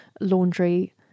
laundry